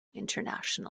international